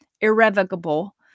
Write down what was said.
irrevocable